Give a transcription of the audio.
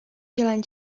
jalan